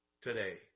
today